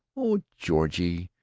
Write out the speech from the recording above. oh, georgie,